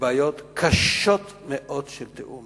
בבעיות קשות מאוד של תיאום